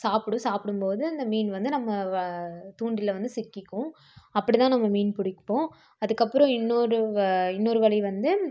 சாப்பிடும் சாப்பிடும்போது அந்த மீன் வந்து நம்ம வ தூண்டிலில் வந்து சிக்கிக்கும் அப்படிதான் நம்ம மீன் பிடிப்போம் அதுக்கப்புறம் இன்னோரு வ இன்னோரு வழி வந்து